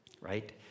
right